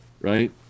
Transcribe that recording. Right